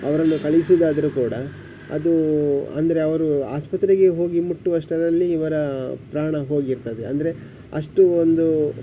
ಅವರನ್ನು ಕಳಿಸೋದಾದ್ರು ಕೂಡ ಅದು ಅಂದರೆ ಅವರು ಆಸ್ಪತ್ರೆಗೆ ಹೋಗಿ ಮುಟ್ಟುವಷ್ಟರಲ್ಲಿ ಇವರ ಪ್ರಾಣ ಹೋಗಿರ್ತದೆ ಅಂದರೆ ಅಷ್ಟು ಒಂದು